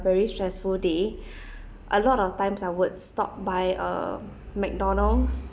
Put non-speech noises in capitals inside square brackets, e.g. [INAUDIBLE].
very stressful day [BREATH] a lot of times I would stop by a mcdonald's